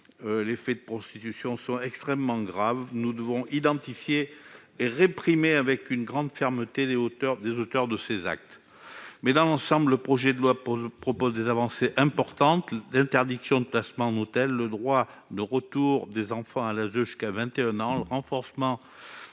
Les faits de prostitution sont extrêmement graves et nous devons identifier et réprimer avec une grande fermeté les auteurs de ces actes. Dans l'ensemble, le projet de loi contient des avancées importantes : l'interdiction de placement en hôtel, le droit de retour des enfants à l'ASE jusqu'à 21 ans, le renforcement